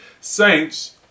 saints